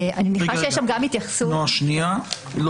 אני מניחה שיש שם גם התייחסות גם לעבר פלילי של הנאשם.